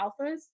Alphas